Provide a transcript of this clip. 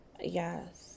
Yes